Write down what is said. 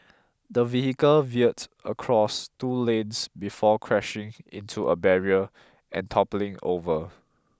the vehicle veered across two lanes before crashing into a barrier and toppling over